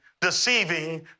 deceiving